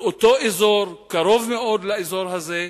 באותו אזור, קרוב מאוד לאזור הזה,